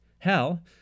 hell